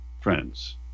friends